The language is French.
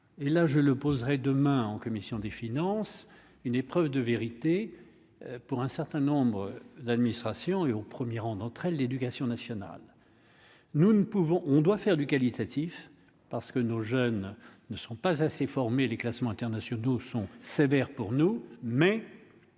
et là je le poserai demain en commission des finances, une épreuve de vérité pour un certain nombre d'administrations et au 1er rang d'entre elles, l'éducation nationale, nous ne pouvons, on doit faire du qualitatif, parce que nos jeunes ne sont pas assez formés, les classements internationaux sont sévères pour nous mais